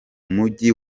mujyi